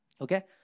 Okay